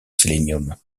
sélénium